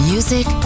Music